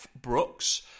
fbrooks